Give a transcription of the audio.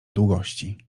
długości